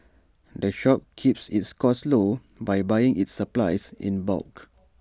the shop keeps its costs low by buying its supplies in bulk